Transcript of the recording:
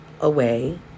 away